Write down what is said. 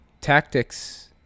tactics